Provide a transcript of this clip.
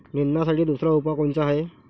निंदनासाठी दुसरा उपाव कोनचा हाये?